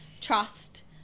trust